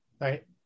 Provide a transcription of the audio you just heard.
right